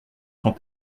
quand